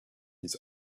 his